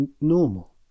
normal